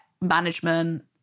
management